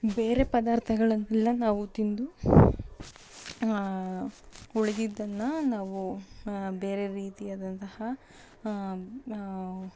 ಬೇರೆ ಪದಾರ್ಥಗಳೆಲ್ಲ ನಾವು ತಿಂದು ಉಳಿದಿದ್ದನ್ನು ನಾವು ಬೇರೆ ರೀತಿಯಾದಂತಹ